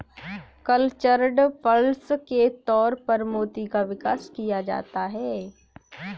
cultured pearls के तौर पर मोती का विकास किया जाता है